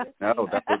No